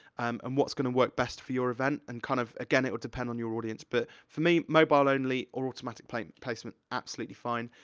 um and what's gonna work best for your event, and kind of, again, it would depend on your audience, but for me, mobile only, or automatic placement placement absolutely fine.